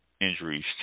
injuries